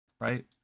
right